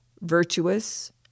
virtuous